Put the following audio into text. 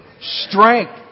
strength